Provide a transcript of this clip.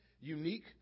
unique